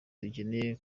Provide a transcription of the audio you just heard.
dukeneye